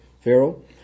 Pharaoh